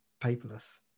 paperless